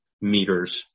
meters